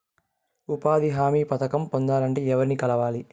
ఉపాధి హామీ పథకం పొందాలంటే ఎవర్ని కలవాలి?